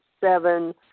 seven